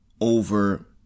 over